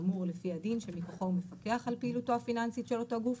האמור לפי הדין שמכוחו הוא מפקח על פעילותו הפיננסית של אותו גוף,